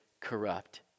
corrupt